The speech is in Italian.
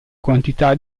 quantità